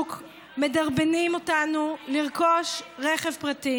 והשוק מדרבנים אותנו לרכוש רכב פרטי.